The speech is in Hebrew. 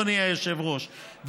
אדוני היושב-ראש,